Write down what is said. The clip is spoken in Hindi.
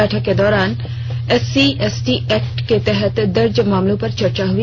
बैठक के दौरान एससी एसटी एक्ट के तहत दर्ज मामलों पर चर्चा हई